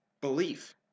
belief